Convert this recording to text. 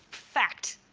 fact.